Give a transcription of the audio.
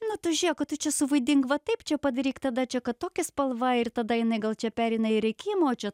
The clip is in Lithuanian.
na tu žiūrėk kad tu čia suvaidink va taip čia padaryk tada čia kad tokia spalva ir tada jinai gal čia pereina į rėkimą o čia